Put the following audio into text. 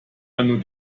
man